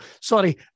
sorry